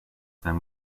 their